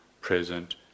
present